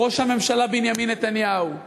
הוא ראש הממשלה בנימין נתניהו.